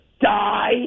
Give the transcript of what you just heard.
die